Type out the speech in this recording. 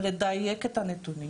בגלל זה אמרתי שאני לא יכול, אני מתנצל.